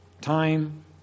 time